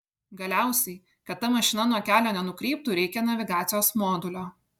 galiausiai kad ta mašina nuo kelio nenukryptų reikia navigacijos modulio